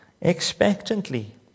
expectantly